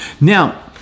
Now